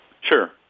Sure